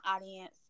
audience